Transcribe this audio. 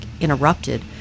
interrupted